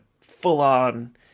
full-on